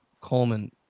Coleman